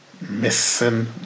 Missing